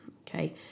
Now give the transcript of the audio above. okay